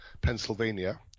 Pennsylvania